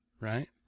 Right